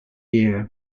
year